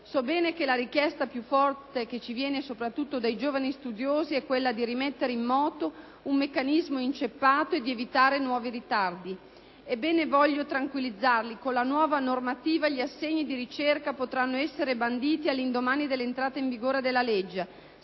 So bene che la richiesta più forte che ci viene soprattutto dai giovani studiosi è quella di rimettere in moto un meccanismo inceppato e di evitare nuovi ritardi. Voglio tranquillizzarli: con la nuova normativa, gli assegni di ricerca potranno essere banditi all'indomani dell'entrata in vigore della legge